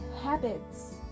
habits